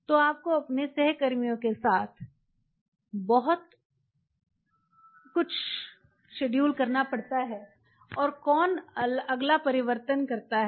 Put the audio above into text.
तो आपको अपने सहकर्मियों के साथ बहुत कुछ शेड्यूल करना पड़ता है कौन अगला परिवर्तन करते हैं